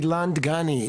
אילן דגני,